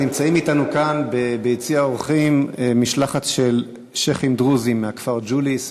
נמצאת אתנו כאן ביציע האורחים משלחת של שיח'ים דרוזים מהכפר ג'וליס.